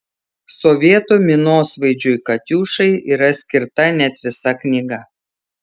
sovietų minosvaidžiui katiušai yra skirta net visa knyga